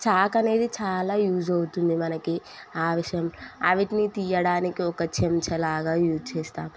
chalk అనేది చాలా use అవుతుంది మనకి అవసరం వీటిని తియ్యడానికి ఒక చెంచలాగా యూజ్ చేస్తాం